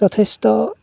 যথেষ্ট